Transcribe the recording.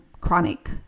chronic